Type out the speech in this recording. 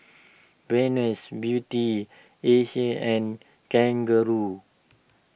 Venus Beauty Asics and Kangaroo